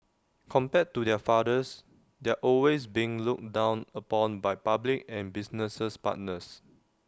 compared to their fathers they're always being looked down upon by public and businesses partners